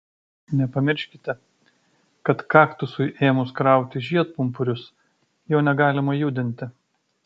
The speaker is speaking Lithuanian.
nepamirškite kad kaktusui ėmus krauti žiedpumpurius jo negalima judinti